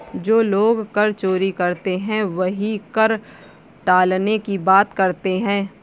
जो लोग कर चोरी करते हैं वही कर टालने की बात करते हैं